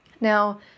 Now